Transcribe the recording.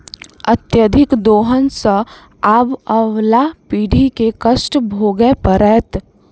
अत्यधिक दोहन सँ आबअबला पीढ़ी के कष्ट भोगय पड़तै